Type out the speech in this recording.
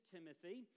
Timothy